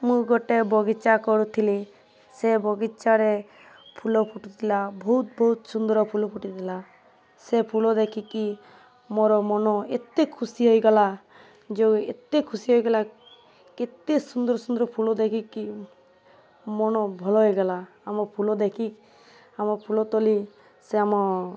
ମୁଁ ଗୋଟେ ବଗିଚା କରିଥିଲି ସେ ବଗିଚାରେ ଫୁଲ ଫୁଟୁଥିଲା ବହୁତ ବହୁତ ସୁନ୍ଦର ଫୁଲ ଫୁଟିଥିଲା ସେ ଫୁଲ ଦେଖିକି ମୋର ମନ ଏତେ ଖୁସି ହେଇଗଲା ଯେଉଁ ଏତେ ଖୁସି ହେଇଗଲା କେତେ ସୁନ୍ଦର ସୁନ୍ଦର ଫୁଲ ଦେଖିକି ମନ ଭଲ ହେଇଗଲା ଆମ ଫୁଲ ଦେଖିକି ଆମ ଫୁଲ ତୋଳି ସେ ଆମ